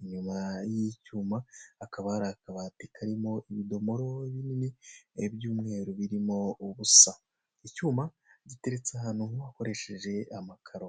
inyuma y'icyuma hakaba hari akabati karimo ibidomoro binini by'umweru birimo ubusa. Icyuma giteretse ahantu hakoreshejwe amakaro.